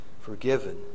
forgiven